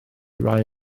rai